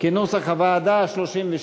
כנוסח הוועדה, 32,